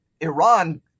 Iran